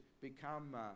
become